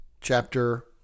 chapter